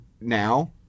now